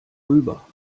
rüber